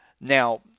Now